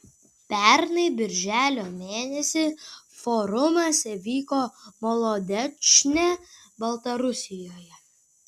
pernai birželio mėnesį forumas vyko molodečne baltarusijoje